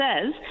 says